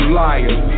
liar